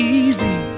easy